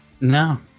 No